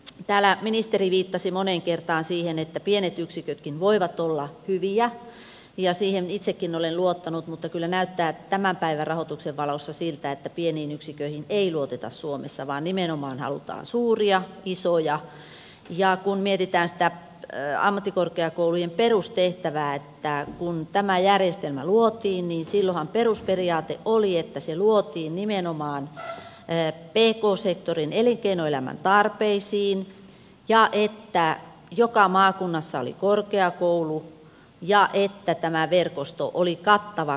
täällä ministeri viittasi moneen kertaan siihen että pienet yksikötkin voivat olla hyviä ja siihen itsekin olen luottanut mutta kyllä näyttää tämän päivän rahoituksen valossa siltä että pieniin yksiköihin ei luoteta suomessa vaan nimenomaan halutaan suuria isoja mutta pitäisi miettiä sitä ammattikorkeakoulujen perustehtävää eli silloinhan kun tämä järjestelmä luotiin perusperiaatteet olivat että se luotiin nimenomaan pk sektorin elinkeinoelämän tarpeisiin ja että joka maakunnassa oli korkeakoulu ja että tämä verkosto oli kattava koko suomessa